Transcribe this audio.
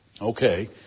Okay